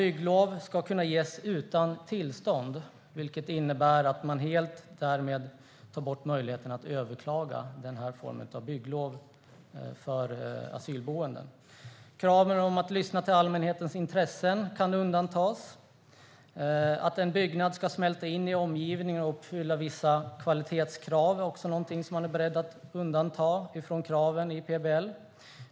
Bygglov ska kunna ges utan tillstånd. Det innebär att man helt tar bort möjligheten att överklaga den formen av bygglov för asylboenden. Man kan göra undantag när det gäller krav på att lyssna till allmänhetens intressen. Man är också beredd att göra undantag i PBL när det gäller kraven på att en byggnad ska smälta in i omgivningen och uppfylla vissa kvalitetskrav.